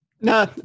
No